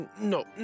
No